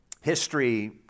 History